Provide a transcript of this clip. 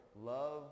Love